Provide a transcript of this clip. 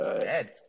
dead